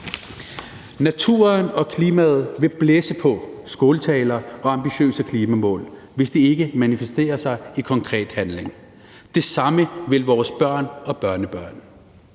Naturen og klimaet vil blæse på skåltaler og ambitiøse klimamål, hvis det ikke manifesterer sig i konkret handling. Det samme vil vores børn og børnebørn.